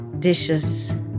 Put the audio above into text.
Dishes